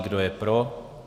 Kdo je pro?